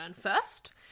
first